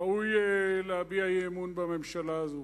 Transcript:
ראוי להביע אי-אמון בממשלה הזאת.